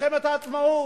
מלחמת העצמאות,